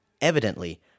Evidently